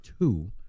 two